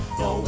no